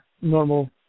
normal